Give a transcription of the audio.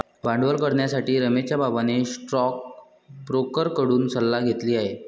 भांडवल करण्यासाठी रमेशच्या बाबांनी स्टोकब्रोकर कडून सल्ला घेतली आहे